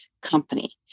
company